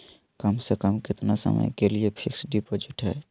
कम से कम कितना समय के लिए फिक्स डिपोजिट है?